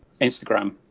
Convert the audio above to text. Instagram